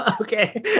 Okay